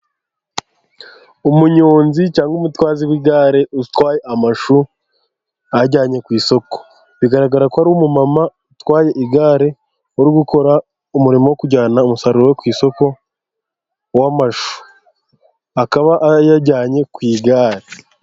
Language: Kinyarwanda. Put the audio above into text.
Umunyonzi cyangwa umutwazi w'igare utwaye amashu ayajyanye ku isoko, bigaragarako ari umumama utwaye igare uri gukora umurimo wo kujyana umusaruro we ku isoko w'amashu, akaba ayajyanye ku igare.